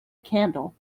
candle